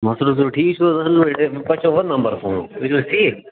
مَسرور صٲب ٹھیٖک چھِ حظ اَصٕل پٲٹھۍ تۅہہِ چھِو حظ نمبر سون تُہۍ چھِو حظ ٹھیٖک